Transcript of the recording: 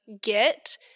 get